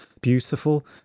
beautiful